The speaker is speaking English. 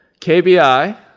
KBI